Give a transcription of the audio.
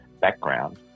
background